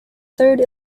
third